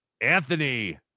anthony